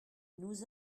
nous